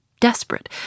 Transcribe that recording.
desperate